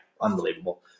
unbelievable